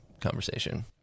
conversation